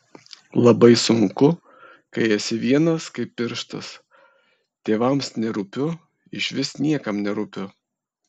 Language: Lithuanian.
labai sunku kai esi vienas kaip pirštas tėvams nerūpiu išvis niekam nerūpiu